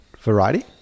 variety